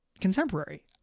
contemporary